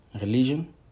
religion